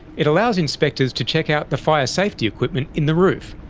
it allows inspectors to check out the fire safety equipment in the roof,